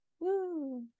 Woo